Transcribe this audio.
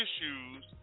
issues